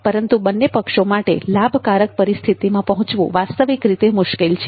પરંતુ બંને પક્ષો માટે લાભકારક પરિસ્થિતિમાં પહોંચવું વાસ્તવિક રીતે મુશ્કેલ છે